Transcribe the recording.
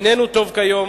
איננו טוב כיום